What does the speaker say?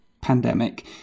pandemic